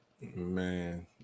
Man